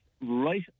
right